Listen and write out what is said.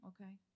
okay